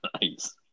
Nice